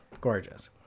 Gorgeous